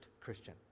Christian